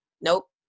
Nope